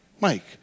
Mike